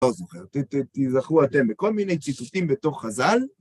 לא זוכר, תיזכרו אתם בכל מיני ציטוטים בתוך חזל.